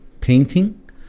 painting